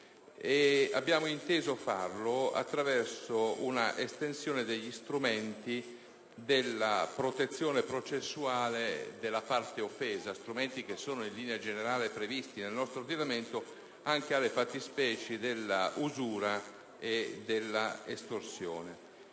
Abbiamo inteso farlo attraverso una estensione degli strumenti della protezione processuale della parte offesa, previsti in linea generale nel nostro ordinamento, anche alle fattispecie dell'usura e della estorsione.